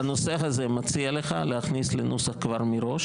בנושא הזה אני מציע לך להכניס לנוסח כבר מראש